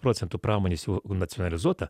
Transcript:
procentų pramonės jau nacionalizuota